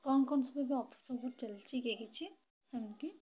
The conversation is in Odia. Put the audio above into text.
କଣ କଣ ସବୁ ଏବେ ଅଫର୍ ଫଫର୍ ଚାଲିଛି କି କିଛି ସେମିତି